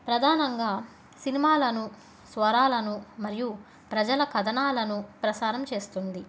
ప్రధానంగా సినిమాలను స్వరాలను మరియు ప్రజల కథనాలను ప్రసారం చేస్తుంది